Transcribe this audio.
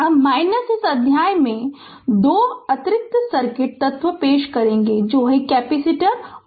अब इस अध्याय में दो अतिरिक्त सर्किट तत्व पेश करेंगे जो कैपेसिटर और इंडक्टर्स हैं